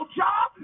job